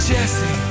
Jesse